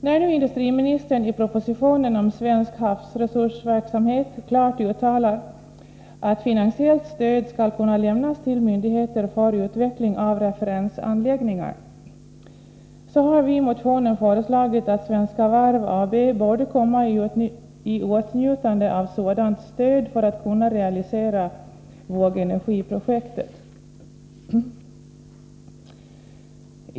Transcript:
När nu industriministern i propositionen om svensk havsresursverksamhet klart uttalar att finansiellt stöd skall kunna lämnas till myndigheter för utveckling av referensanläggningar, har vi i motionen föreslagit att Svenska Varv AB borde komma i åtnjutande av sådant stöd för att kunna realisera vågenergiprojektet.